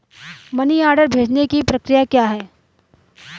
Money order भेजने की प्रक्रिया क्या है?